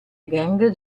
gang